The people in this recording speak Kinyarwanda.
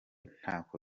ntako